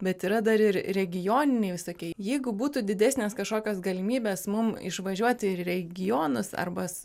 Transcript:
bet yra dar ir regioniniai jau sakei jeigu būtų didesnės kažkokios galimybės mum išvažiuoti į regionus arba